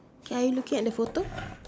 are you looking at the photo